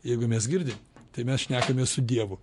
jeigu mes girdim tai mes šnekames su dievu